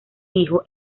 hijo